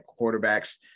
quarterbacks